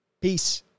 Peace